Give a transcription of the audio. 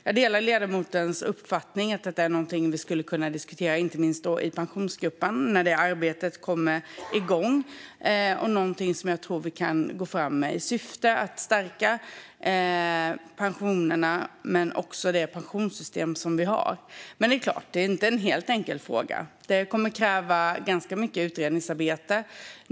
Jag delar ledamotens uppfattning att vi skulle kunna diskutera detta, inte minst i Pensionsgruppen när det arbetet kommer igång. Jag tror att detta är något vi kan gå fram med i syfte att stärka pensionerna och vårt pensionssystem. Det är dock ingen enkel fråga. Det kommer att krävas ganska mycket utredningsarbete.